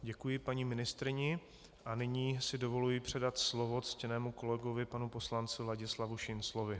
Děkuji paní ministryni a nyní si dovoluji předat slovo ctěnému kolegovi panu poslanci Ladislavu Šinclovi.